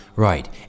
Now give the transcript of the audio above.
Right